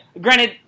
Granted